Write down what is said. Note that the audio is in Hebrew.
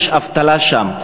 יש אבטלה שם,